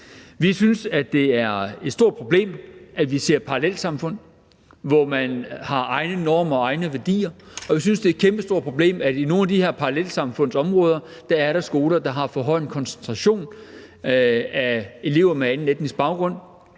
Vi synes, det et stort problem, at vi ser parallelsamfund, hvor man har egne normer og egne værdier, og vi synes det er et kæmpestort problem, at der i nogle af de her parallelsamfundsområder er skoler, der har for høj en koncentration af elever med anden etnisk baggrund.